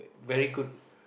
very good